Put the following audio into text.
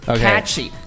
catchy